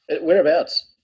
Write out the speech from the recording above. Whereabouts